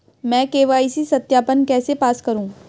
मैं के.वाई.सी सत्यापन कैसे पास करूँ?